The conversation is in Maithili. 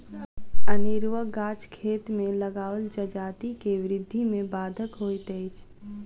अनेरूआ गाछ खेत मे लगाओल जजाति के वृद्धि मे बाधक होइत अछि